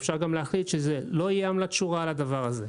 אפשר גם להחליט שלא תהיה עמלת שורה על זה.